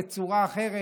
בצורה אחרת.